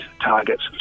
targets